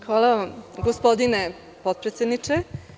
Hvala gospodine potpredsedniče.